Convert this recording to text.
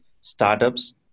startups